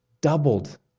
doubled